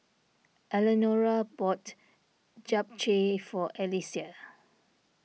Elenora bought Japchae for Alesia